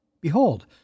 behold